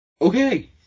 Okay